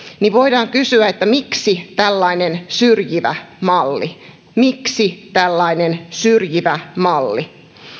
niin voidaan kysyä miksi tällainen syrjivä malli miksi tällainen syrjivä malli